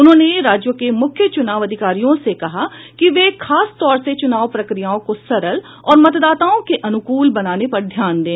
उन्होंने राज्यों के मुख्य चुनाव अधिकारियों से कहा कि वे खासतौर से चुनाव प्रक्रियाओं को सरल और मतदाताओं के अनुकूल बनाने पर ध्यान दें